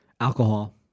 Alcohol